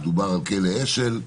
דובר על כלא אשל,